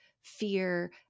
fear